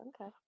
Okay